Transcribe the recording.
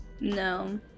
No